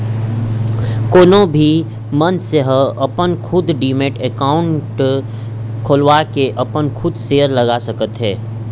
कोनो भी मनसे ह अपन खुद डीमैट अकाउंड खोलवाके अपन खुद सेयर लगा सकत हे